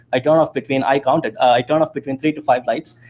i turn off between, i counted, i turn off between three to five lights.